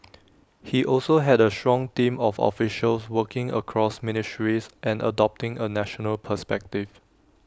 he also had A strong team of officials working across ministries and adopting A national perspective